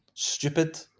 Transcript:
Stupid